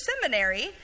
Seminary